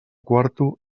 quarto